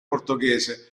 portoghese